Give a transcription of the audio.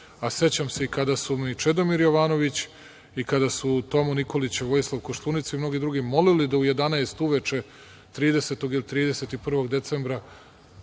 sećam se i kada su me i Čedomir Jovanović, i kada su Tomu Nikolića, Vojislav Koštunica i mnogi drugi molili da u 11 uveče 30. ili 31. decembra